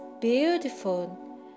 beautiful